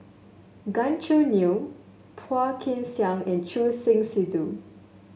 Gan Choo Neo Phua Kin Siang and Choor Singh Sidhu